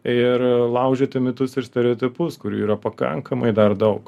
ir laužyti mitus ir stereotipus kurių yra pakankamai dar daug